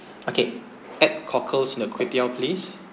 okay add cockles in the kway teow please